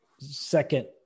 Second